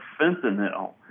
fentanyl